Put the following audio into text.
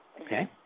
okay